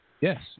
Yes